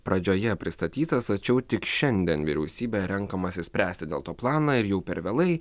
pradžioje pristatytas tačiau tik šiandien vyriausybėje renkamasi spręsti dėl to planą ir jau per vėlai